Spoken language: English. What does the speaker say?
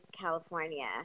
California